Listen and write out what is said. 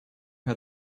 had